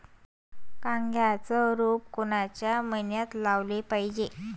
कांद्याचं रोप कोनच्या मइन्यात लावाले पायजे?